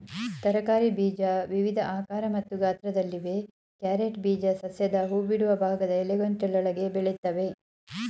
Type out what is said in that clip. ತರಕಾರಿ ಬೀಜ ವಿವಿಧ ಆಕಾರ ಮತ್ತು ಗಾತ್ರದಲ್ಲಿವೆ ಕ್ಯಾರೆಟ್ ಬೀಜ ಸಸ್ಯದ ಹೂಬಿಡುವ ಭಾಗದ ಎಲೆಗೊಂಚಲೊಳಗೆ ಬೆಳಿತವೆ